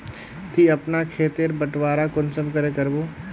ती अपना खेत तेर बटवारा कुंसम करे करबो?